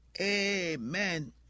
Amen